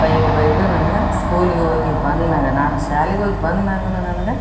ಬೈದು ಬೈದು ನನ್ಗ ಸ್ಕೂಲ್ಗೆ ಹೋಗಿ ಬಂದ್ಮ್ಯಾಗ ನಾನು ಶಾಲೆಗ್ಹೋಗಿ ಬಂದ್ಮ್ಯಾಗನೂ ನನ್ಗ